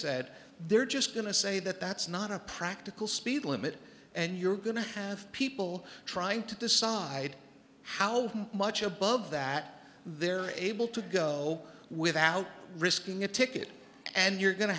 said they're just going to say that that's not a practical speed limit and you're going to have people trying to decide how much above that they're able to go without risking a ticket and you're going to